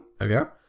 okay